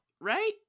Right